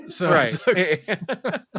Right